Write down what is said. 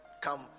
come